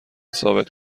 ثابت